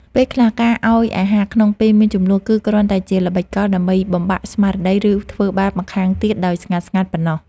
ពេលខ្លះការឱ្យអាហារក្នុងពេលមានជម្លោះគឺគ្រាន់តែជាល្បិចកលដើម្បីបំបាក់ស្មារតីឬធ្វើបាបម្ខាងទៀតដោយស្ងាត់ៗប៉ុណ្ណោះ។